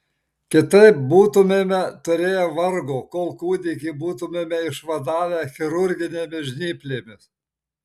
kitaip būtumėme turėję vargo kol kūdikį būtumėme išvadavę chirurginėmis žnyplėmis